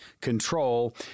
control